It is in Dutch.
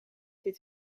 dit